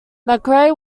mcrae